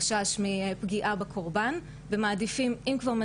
המשטרה, 105, הרווחה, מחוץ לתחום.